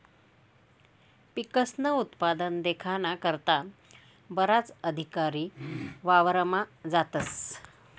पिकस्नं उत्पादन देखाना करता बराच अधिकारी वावरमा जातस